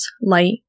light